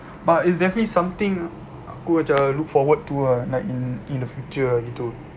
but it's definitely something aku macam look forward to ah like in in the future ah gitu